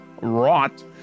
rot